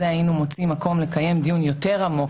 היינו מוצאים מקום לקיים דיון יותר עמוק,